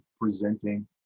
presenting